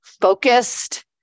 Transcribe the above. focused